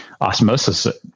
osmosis